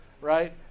right